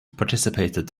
participated